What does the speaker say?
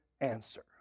answer